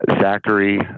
Zachary